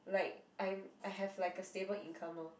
like I'm I have like a stable income lor